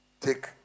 take